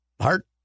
heart